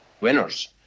winners